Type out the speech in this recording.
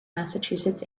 massachusetts